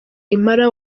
impala